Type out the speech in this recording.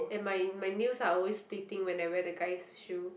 and my my nails are always splitting when I wear the guys shoe